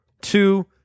two